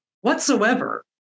whatsoever